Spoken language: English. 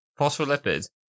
Phospholipid